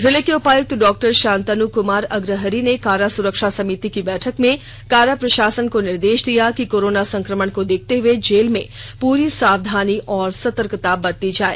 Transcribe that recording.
जिले के उपायुक्त डॉ शांतनु कुमार अग्रहरि ने कारा सुरक्षा समिति की बैठक में कारा प्रशासन को निर्देश दिया कि कोरोना संक्रमण को देखते हुए जेल में पूरी सावधानी और सतर्कता बरती जाए